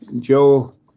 Joe